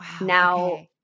Now